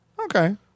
Okay